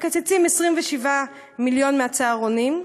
מקצצים 27 מיליון מהצהרונים,